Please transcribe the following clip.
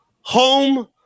home